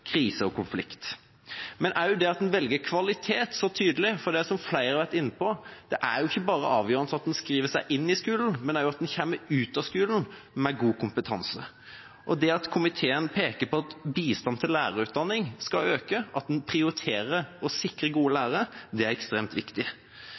at man velger kvalitet så tydelig, for som flere har vært inne på: det er avgjørende at man ikke bare skriver seg inn i skolen, men at man også kommer ut av skolen med god kompetanse. At komiteen peker på at bistand til lærerutdanning skal øke, at man prioriterer å sikre gode lærere, det er ekstremt viktig.